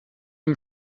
dem